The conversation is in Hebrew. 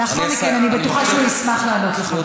ולאחר מכן אני בטוחה שהוא ישמח לענות לך.